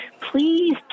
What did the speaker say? Please